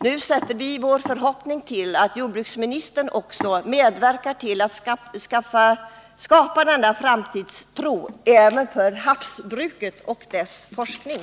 Nu sätter vi vår förhoppning till att jordbruksministern medverkar till att skapa sådan framtidstro även för havsbruket och dess forskning.